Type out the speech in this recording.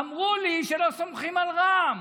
אמרו לי שלא סומכים על רע"מ.